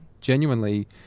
genuinely